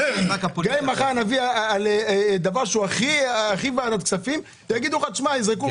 גם אם מחר נביא את הדבר שהכי שייך לוועדת הכספים יגידו לך שלא,